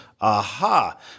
aha